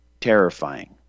terrifying